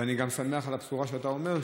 אבל אני גם שמח על הבשורה שאתה אומר,